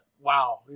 wow